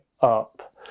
up